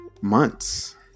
months